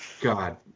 God